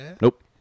Nope